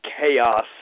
chaos